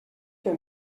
que